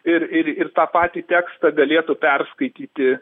ir ir ir tą patį tekstą galėtų perskaityti